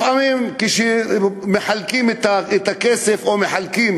לפעמים כשמחלקים את הכסף, או מחלקים